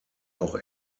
auch